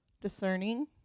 discerning